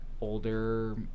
older